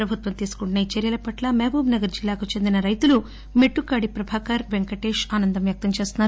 ప్రభుత్వం తీసుకుంటున్న ఈ చర్యల పట్ల మహబూబ్ నగర్ జిల్లాకు చెందిన రైతులు మెట్టుకాడి ప్రభాకర్ వెంకటేష్ ఆనందం వ్యక్తం చేస్తున్నారు